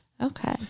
Okay